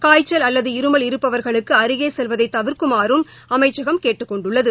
காய்ச்சல் அல்லது இருமல் இருப்பவர்களுக்கு அருகே செல்வதை தவிர்க்குமாறும் அமைச்சகம் கேட்டுக் கொண்டுள்ளது